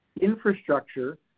infrastructure